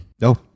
no